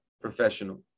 professional